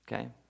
Okay